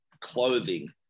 clothing